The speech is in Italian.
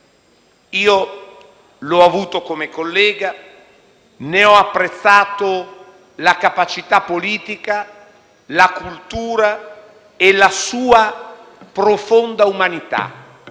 Io l'ho avuto come collega, ne ho apprezzato la capacità politica, la cultura e la profonda umanità.